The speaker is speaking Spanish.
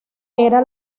era